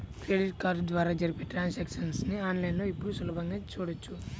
credit card ద్వారా జరిపే transactions ని ఆన్ లైన్ లో ఇప్పుడు సులభంగా చూడొచ్చు